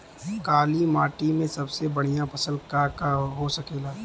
काली माटी में सबसे बढ़िया फसल का का हो सकेला?